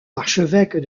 archevêque